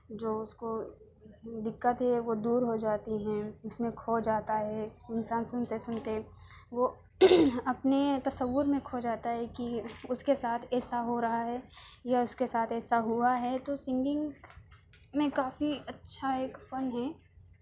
جو اس کو دقت ہے وہ دور ہو جاتی ہیں اس میں کھو جاتا ہے انسان سنتے سنتے وہ اپنے تصور میں کھو جاتا ہے کہ اس کے ساتھ ایسا ہو رہا ہے یا اس کے ساتھ ایسا ہوا ہے تو سنگنگ میں کافی اچھا ایک فن ہیں